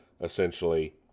essentially